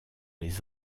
les